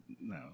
no